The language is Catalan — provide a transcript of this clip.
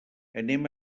anem